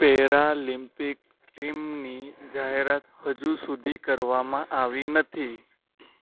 para લિમ્પિક ટીમની જાહેરાત હજુ સુધી કરવામાં આવી નથી